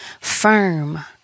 firm